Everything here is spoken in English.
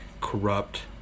corrupt